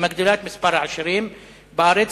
היא מגדילה את מספר העשירים בארץ,